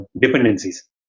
dependencies